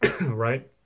right